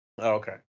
okay